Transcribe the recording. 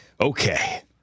Okay